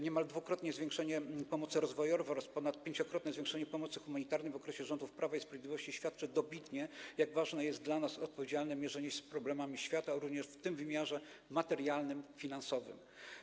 Niemal dwukrotne zwiększenie pomocy rozwojowej oraz ponadpięciokrotne zwiększenie pomocy humanitarnej w okresie rządów Prawa i Sprawiedliwości świadczy dobitnie, jak ważne jest dla nas odpowiedzialne mierzenie się z problemami świata, również w wymiarze materialnym, finansowym.